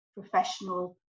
professional